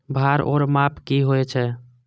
भार ओर माप की होय छै?